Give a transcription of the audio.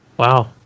Wow